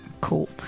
Cool